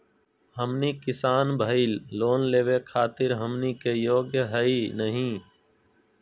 हमनी किसान भईल, लोन लेवे खातीर हमनी के योग्य हई नहीं?